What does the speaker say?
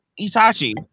Itachi